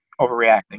overreacting